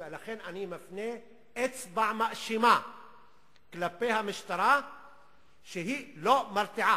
ולכן אני מפנה אצבע מאשימה כלפי המשטרה שהיא לא מרתיעה.